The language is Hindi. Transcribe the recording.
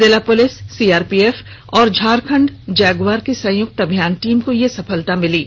जिला पुलिस सीआरपीएफ और झारखंड जगुआर की संयुक्त अभियान टीम को यह सफलता मिली है